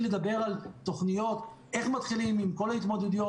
לדבר על תוכניות איך מתחילים עם כל ההתמודדויות,